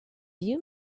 you